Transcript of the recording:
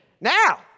Now